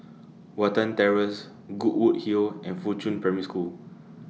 Watten Terrace Goodwood Hill and Fuchun Primary School